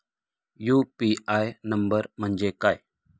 UPI number म्हणजे काय?